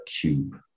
cube